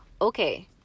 Okay